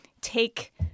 take